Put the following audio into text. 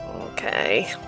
Okay